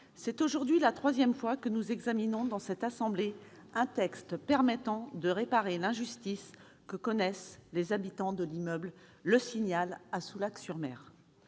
c'est aujourd'hui la troisième fois que nous examinons dans cette assemblée un texte permettant de réparer l'injustice que connaissent les habitants de l'immeuble Le Signal à Soulac-sur-Mer.